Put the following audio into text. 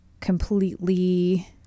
completely